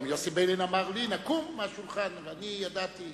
גם יוסי ביילין אמר לי לקום מהשולחן, ואני ידעתי: